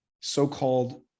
so-called